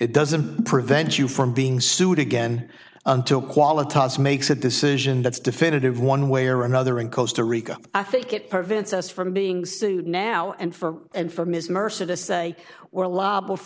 it doesn't prevent you from being sued again until quality makes a decision that's definitive one way or another in costa rica i think it prevents us from being sued now and for and for ms mercer to say we're labile for